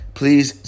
please